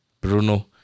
Bruno